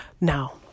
Now